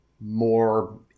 more